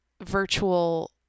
virtual